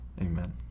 amen